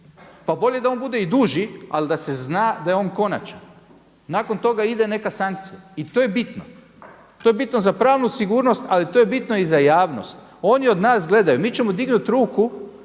Pa bolje da on bude i duži, ali da se zna da je on konačan. Nakon toga ide neka sankcija i to je bitno. To je bitno za pravnu sigurnost, ali to je bitno i za javnost. Oni od nas gledaju. Mi ćemo dignut ruku